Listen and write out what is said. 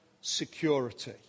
security